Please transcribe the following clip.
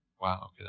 Wow